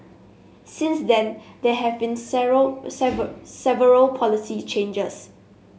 since then there had been several policy changes